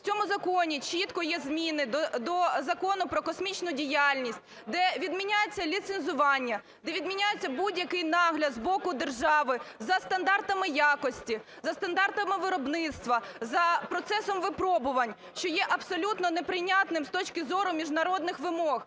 В цьому законі чітко є зміни до Закону "Про космічну діяльність", де відміняється ліцензування, де відміняється будь-який нагляд з боку держави за стандартами якості, за стандартами виробництва, за процесом випробувань, що є абсолютно неприйнятним з точки зору міжнародних вимог.